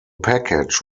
package